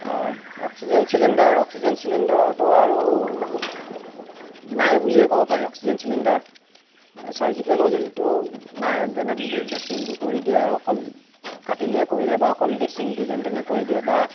oxygen cylinder oxygen চিলিণ্ডাৰৰটো আৰু নাই বুলিয়েই ক'ব পাৰি অক্সিজেন চিলিণ্ডাৰ ছাৰ্জিকেল সঁজুলিটো নাই যেনে তেনে ড্ৰেছিংটো কৰি দিয়ে আৰু অকল কাটিলে কৰিলে বা অকল ড্ৰেছিঙটো যেনে তেনে কৰি দিয়ে বা